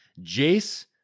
Jace